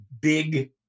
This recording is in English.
big